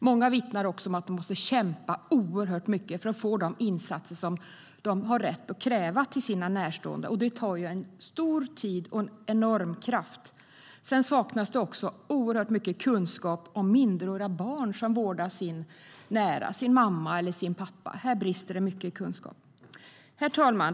Många vittnar också om att de måste kämpa oerhört mycket för att få de insatser som de har rätt att kräva för sina närstående, och det kan ta lång tid och en enorm kraft. Det saknas också kunskap om minderåriga barn som vårdar sin mamma eller pappa. Här brister det mycket i kunskap. Herr talman!